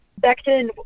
Becton